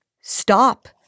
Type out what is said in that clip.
stop